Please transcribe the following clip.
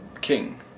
king